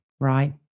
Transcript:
Right